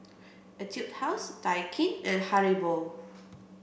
Etude House Daikin and Haribo